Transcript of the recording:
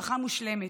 משפחה מושלמת.